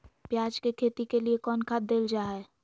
प्याज के खेती के लिए कौन खाद देल जा हाय?